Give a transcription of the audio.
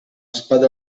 spada